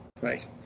Right